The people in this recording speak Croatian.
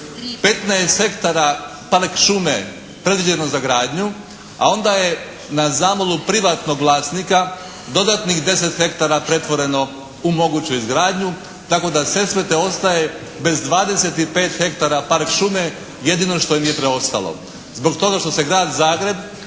15 hektara park šume predviđeno za gradnju a onda je na zamolbu privatnog vlasnika dodatnih 10 hektara pretvoreno u moguću izgradnju tako da Sesvete ostaje bez 25 hektara park šume jedino što im je preostalo zbog toga što se grad Zagreb